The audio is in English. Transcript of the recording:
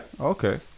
Okay